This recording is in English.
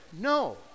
No